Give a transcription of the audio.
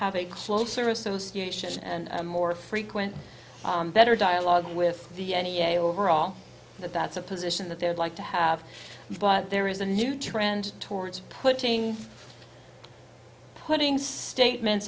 have a closer association and more frequent better dialogue with the n e a overall that's a position that they would like to have but there is a new trend towards putting putting statements